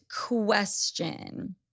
question